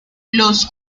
los